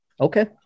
Okay